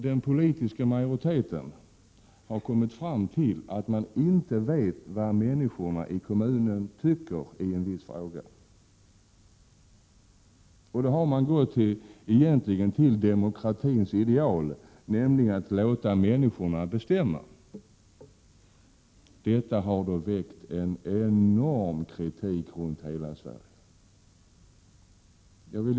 Den politiska majoriteten i Sjöbo har kommit fram till att man inte vet vad människorna i kommunen tycker i en viss fråga. Därför har man — vilket egentligen är demokratins ideal — valt att låta människorna bestämma. Detta har då föranlett en enorm kritik runt om i hela Sverige.